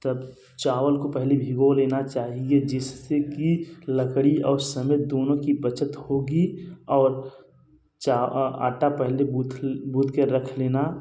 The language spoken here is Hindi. तब चावल को पहले भिगो लेना चाहिए जिससे कि लकड़ी और समय दोनों की बचत होगी और चा आटा पेहले गूँथ गूँथ कर रख लेना